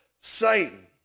Satan